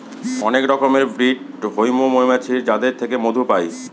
অনেক রকমের ব্রিড হৈমু মৌমাছির যাদের থেকে মধু পাই